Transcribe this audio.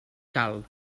cal